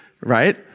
right